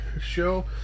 show